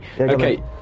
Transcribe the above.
Okay